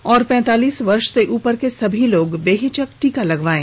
और पैंतालीस वर्ष से उपर के सभी लोग बेहिचक टीका लगवायें